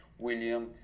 William